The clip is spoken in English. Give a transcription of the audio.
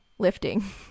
lifting